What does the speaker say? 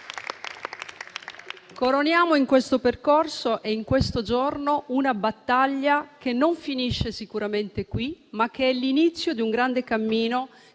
Coroniamo, in questo percorso e in questo giorno, una battaglia che non finisce sicuramente qui, ma che è l'inizio di un grande cammino